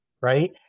Right